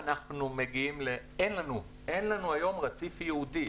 היום אין לנו רציף ייעודי.